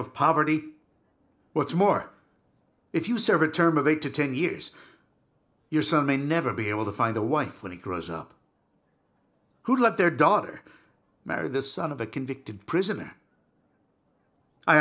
of poverty what's more if you serve a term of eight to ten years your son may never be able to find a wife when he grows up who have their daughter marry the son of a convicted prisoner i